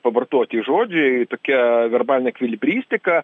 pavartoti žodžiai tokia verbalinė ekvilibristika